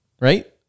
Right